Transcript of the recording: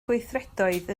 gweithredoedd